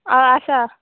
हय आसा